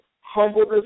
humbleness